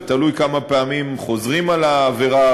זה תלוי כמה פעמים חוזרים על העבירה,